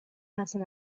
person